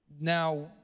Now